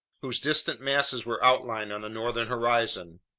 whose distant masses were outlined on the northern horizon.